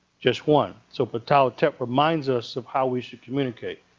just one. so but ptah hotep reminds us of how we should communicate.